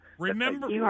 Remember